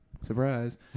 Surprise